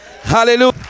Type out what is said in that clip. Hallelujah